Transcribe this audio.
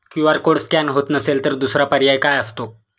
QR code scan होत नसेल तर दुसरा पर्याय काय असतो?